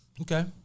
Okay